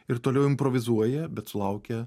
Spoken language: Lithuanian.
ir toliau improvizuoja bet sulaukia